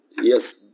yes